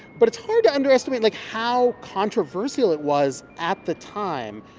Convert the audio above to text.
but it's hard to underestimate, like, how controversial it was at the time.